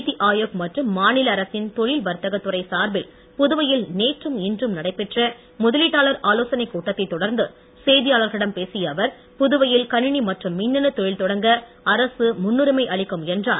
நீத்தி ஆயோக் மற்றும் மாநில அசரசின் தொழல் வர்த்தகத் துறை சார்பில் புதுவையில் நேற்றும் இன்றும் நடைபெற்ற முதலீட்டாளர் ஆலோசனைக் கூட்டத்தைத் தொடர்ந்து செய்தியாளர்களிடம் பேசிய அவர் புதுவையில் கணிணி மற்றும் மின்னணுத் தொழில் தொடங்க அரசு முன்னுரிமை அளிக்கும் என்றார்